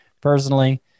personally